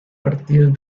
partidos